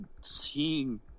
seeing